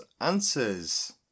answers